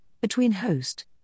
between-host